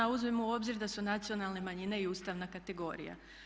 A uzmimo u obzir da su nacionalne manjine i ustavna kategorija.